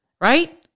right